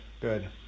Good